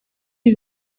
ibi